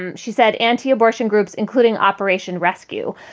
um she said, anti-abortion groups, including operation rescue,